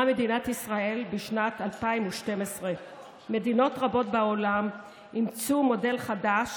מדינת ישראל בשנת 2012. מדינות רבות בעולם אימצו מודל חדש